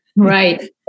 Right